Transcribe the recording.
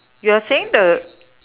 you are saying the